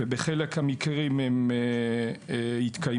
ובחלק מהמקרים הם יתקיימו.